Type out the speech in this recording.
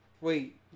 wait